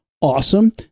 Awesome